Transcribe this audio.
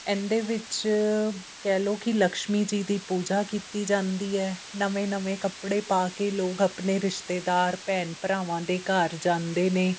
ਇਹਨਾਂ ਦੇ ਵਿੱਚ ਕਹਿ ਲਓ ਕਿ ਲਕਸ਼ਮੀ ਜੀ ਦੀ ਪੂਜਾ ਕੀਤੀ ਜਾਂਦੀ ਹੈ ਨਵੇਂ ਨਵੇਂ ਕੱਪੜੇ ਪਾ ਕੇ ਲੋਕ ਆਪਣੇ ਰਿਸ਼ਤੇਦਾਰ ਭੈਣ ਭਰਾਵਾਂ ਦੇ ਘਰ ਜਾਂਦੇ ਨੇ